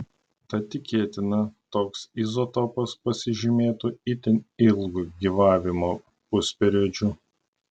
tad tikėtina toks izotopas pasižymėtų itin ilgu gyvavimo pusperiodžiu